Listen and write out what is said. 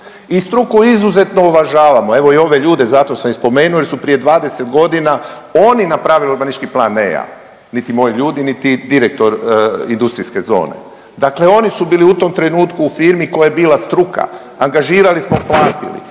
I struku izuzetno uvažavamo evo i ove ljude zato i spomenuo jer smo prije 20 godina oni napravili urbanistički plan ne ja, niti moji ljudi, niti direktor industrijske zone. Dakle, oni su bili u tom trenutku u firmi koja je bila struka, angažirali smo, platili,